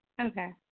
Okay